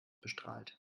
bestrahlt